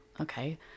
Okay